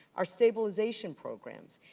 our stabilization programs,